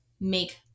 make